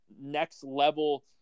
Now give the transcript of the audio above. next-level